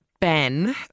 Ben